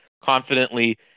confidently